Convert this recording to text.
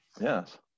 Yes